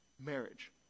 marriage